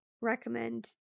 recommend